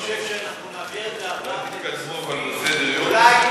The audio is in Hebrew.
מכיוון שאנחנו מתחילים פעילות מבורכת של אזרחים